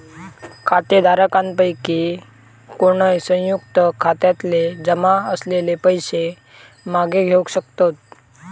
खातेधारकांपैकी कोणय, संयुक्त खात्यातले जमा असलेले पैशे मागे घेवक शकतत